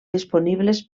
disponibles